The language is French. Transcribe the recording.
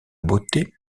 beauté